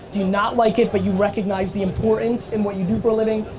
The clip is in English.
do you not like it but you recognize the importance in what you do for a living?